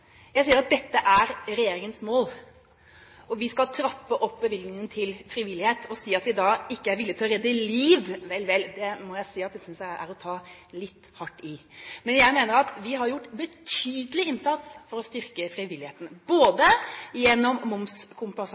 Jeg sier at dette er regjeringens mål, og vi skal trappe opp bevilgningene til frivillighet. Å si at vi da ikke er villige til å redde liv – vel, det må jeg si at jeg synes er å ta litt hardt i. Men jeg mener at vi har gjort en betydelig innsats for å styrke frivilligheten, både gjennom